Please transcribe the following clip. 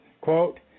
quote